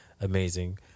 amazing